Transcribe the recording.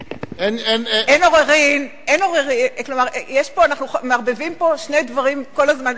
אין עוררין, אנחנו מערבבים פה שני דברים כל הזמן.